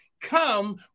come